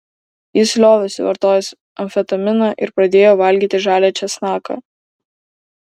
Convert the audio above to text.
jis liovėsi vartojęs amfetaminą ir pradėjo valgyti žalią česnaką